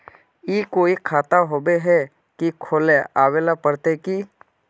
ई कोई खाता होबे है की खुला आबेल पड़ते की?